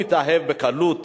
מתאהב מאוד בקלות